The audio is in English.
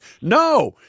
No